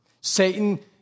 Satan